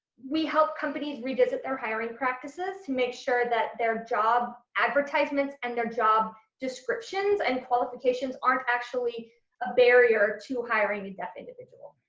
we help companies revisit their hiring practices to make sure that their job advertisements and their job descriptions and qualifications aren't actually a barrier to hiring a deaf individual.